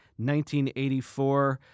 1984